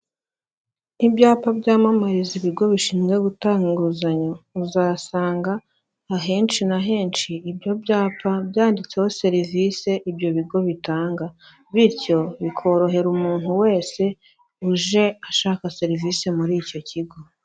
Ibyapa byamamariza ibigo bishinzwe gutanga inguzanyo uzasanga ahenshi na henshi ibyo byapa byanditseho serivisi ibyo bigo bitanga, bityo bikorohera umuntu wese uje ashaka serivisi muri icyo kigo.